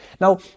Now